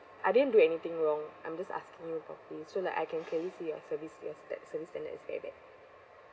I didn't do anything wrong I'm just asking you properly so that I can clearly see your service yes that service standard is very bad